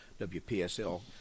WPSL